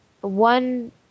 one